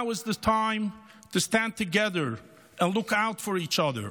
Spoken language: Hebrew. Now is the time to stand together and look out for each other.